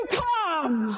come